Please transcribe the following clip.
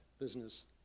business